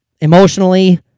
emotionally